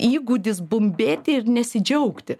įgūdis bumbėti ir nesidžiaugti